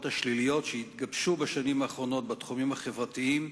השליליות שהתגבשו בשנים האחרונות בתחומים החברתיים,